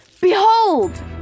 behold